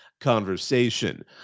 conversation